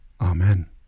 Amen